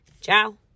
Ciao